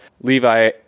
Levi